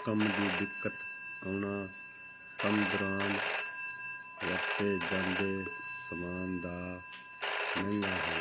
ਕੰਮ ਦੀ ਦਿੱਕਤ ਆਉਣਾ ਕੰਮ ਦੌਰਾਨ ਵਰਤੇ ਜਾਂਦੇ ਸਮਾਨ ਦਾ ਮਹਿੰਗਾ ਹੋਣਾ